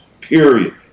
period